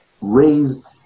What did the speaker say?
raised